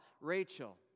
Rachel